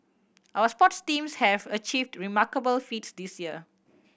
our sports teams have achieved remarkable feats this year